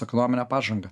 ekonominę pažangą